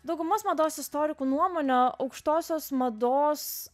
daugumos mados istorikų nuomone aukštosios mados